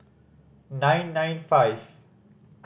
nine nine five